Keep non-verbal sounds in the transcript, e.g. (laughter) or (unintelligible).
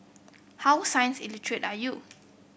how science (unintelligible) are you